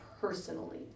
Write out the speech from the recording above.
personally